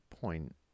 point